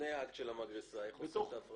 לפני האקט של המגרסה, איך עושים את ההפרדה?